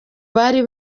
bari